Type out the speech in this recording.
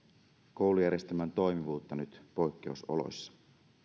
koulujärjestelmän toimivuutta nyt poikkeusoloissa